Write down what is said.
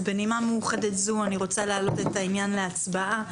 אז בנימה מאוחדת זאת אני רוצה להעלות את העניין להצבעה.